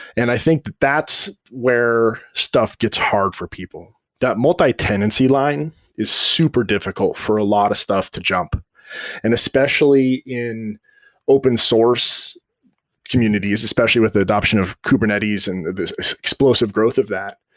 and i think that's where stuff gets hard for people. people. that multi-tenancy line is super difficult for a lot of stuff to jump and especially in open source communities, especially with the adoption of kubernetes and the explosive growth of that,